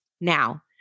Now